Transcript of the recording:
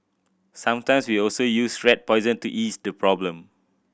sometimes we also use rat poison to ease the problem